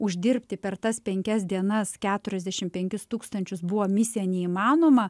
uždirbti per tas penkias dienas keturiasdešim penkis tūkstančius buvo misija neįmanoma